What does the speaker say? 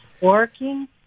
working